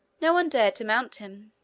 no one dared to mount him.